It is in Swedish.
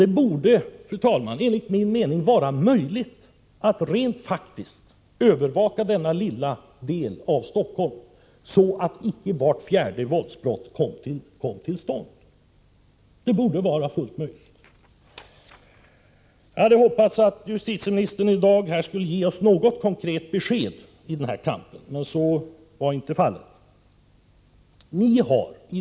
Det borde enligt min mening faktiskt vara möjligt att övervaka denna lilla del av Stockholm så att vart fjärde våldsbrott icke kommer till stånd. Det borde vara fullt möjligt. Jag hade hoppats att justitieministern i dag skulle ge oss något konkret besked i den här ordkampen, men så visade sig inte vara fallet.